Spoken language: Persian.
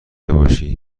باشی